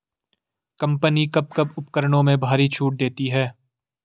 Company कब कब उपकरणों में भारी छूट देती हैं?